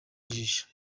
ijisho